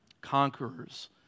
conquerors